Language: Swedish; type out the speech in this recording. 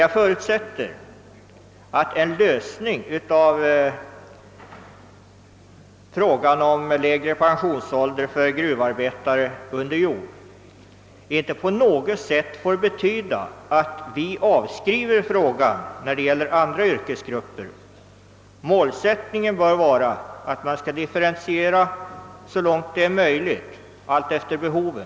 Jag förutsätter också att en lösning av frågan om lägre pensionsålder för gruvarbetare under jord inte kommer att betyda att vi avskriver dessa frågor när det gäller andra yrkesgrupper. Målsättningen bör vara att så långt det är möjligt differentiera pensionsåldern efter behovet.